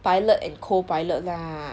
pilot and co pilot lah